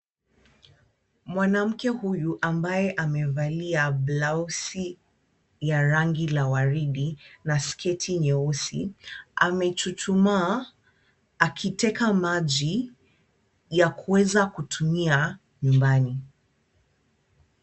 Mwanamke huyu ambaye amevalia blausi ya rangi la waridi na sketi nyeusi amechuchuma akiteka maji ya kuweza kutumia nyumbani.